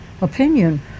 opinion